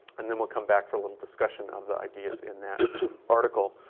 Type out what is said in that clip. and then we'll come back for a little discussion of the ideas in that article.